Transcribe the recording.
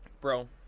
Bro